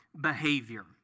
behavior